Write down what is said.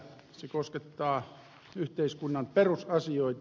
se koskettaa yhteiskunnan perusasioita